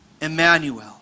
Emmanuel